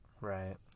Right